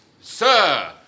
sir